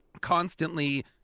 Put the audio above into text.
constantly